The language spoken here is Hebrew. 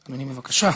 בבקשה.